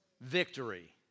Victory